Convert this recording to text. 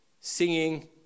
singing